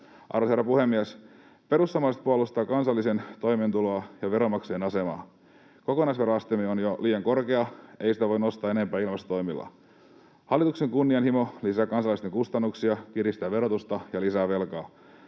Arvoisa herra puhemies! Perussuomalaiset puolustaa kansalaisten toimeentuloa ja veronmaksajien asemaa. Kokonaisveroasteemme on jo liian korkea, eikä sitä voi nostaa enempää ilmastotoimilla. Hallituksen kunnianhimo lisää kansalaisten kustannuksia, kiristää verotusta ja lisää velkaa.